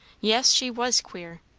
yes, she was queer.